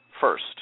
first